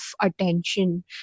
attention